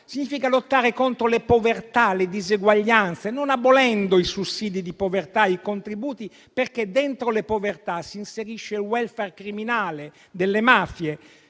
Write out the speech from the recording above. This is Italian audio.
società; lottare contro le povertà e le diseguaglianze, non abolendo i sussidi di povertà e i contributi, perché dentro le povertà si inserisce il *welfare* criminale delle mafie.